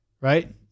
right